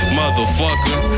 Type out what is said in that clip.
motherfucker